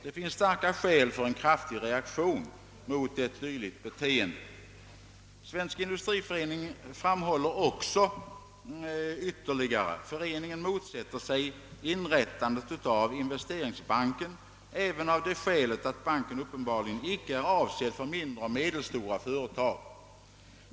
Det finns starka skäl för en kraftig reaktion mot ett dylikt beteende.» Svensk industriförening framhåller ytterligare: »Föreningen motsätter sig inrättandet av investeringsbanken även av det skälet att banken uppenbarligen icke är avsedd för de mindre och medelstora företagen.